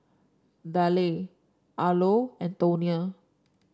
Delle Arlo and Tonia